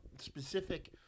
specific